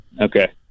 Okay